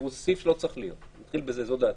זה סעיף שלא צריך להיות, נתחיל בזה, זו דעתי.